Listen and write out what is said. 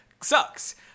sucks